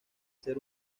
ser